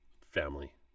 family